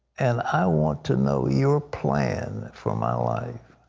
and i want to know your plan for my life.